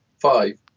five